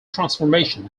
transformation